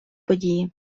події